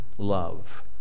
Love